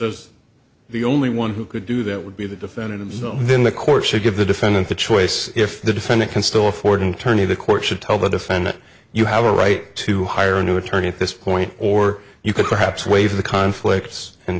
as the only one who could do that would be the definitive then the court should give the defendant the choice if the defendant can still afford an attorney the court should tell the defendant you have a right to hire a new attorney at this point or you could perhaps waive the conflicts and